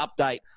update